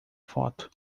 foto